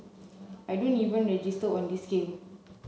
I don't even register on this scale